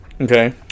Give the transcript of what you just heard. okay